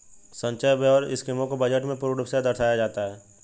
संचय व्यय और स्कीमों को बजट में पूर्ण रूप से दर्शाया जाता है